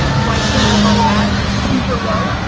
prices on ads is super low,